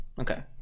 Okay